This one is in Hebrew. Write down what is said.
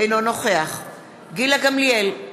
אינו נוכח גילה גמליאל,